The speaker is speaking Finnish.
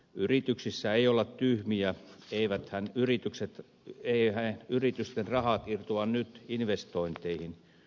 yrityksissä ei olla tyhmiä eiväthän yritysten rahat irtoa nyt investointeihin